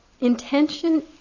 intention